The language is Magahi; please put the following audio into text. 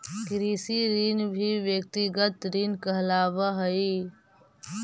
कृषि ऋण भी व्यक्तिगत ऋण कहलावऽ हई